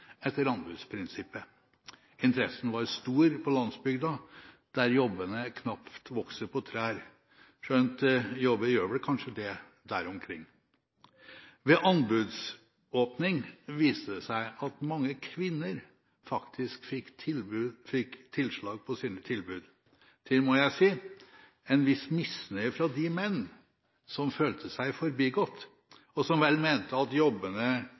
etter anbudsprinsippet. Interessen var stor på landsbygda, der jobbene knapt vokser på trær – skjønt jobber gjør vel kanskje det der omkring. Ved anbudsåpning viste det seg at mange kvinner fikk tilslag på sine tilbud, til en viss misnøye, må jeg si, fra de menn som følte seg forbigått, og som vel mente at jobbene